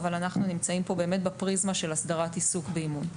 אבל אנחנו נמצאים פה בפריזמה של הסדרת העיסוק באימון.